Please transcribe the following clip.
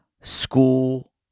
school